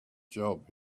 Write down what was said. job